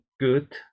good